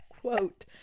Quote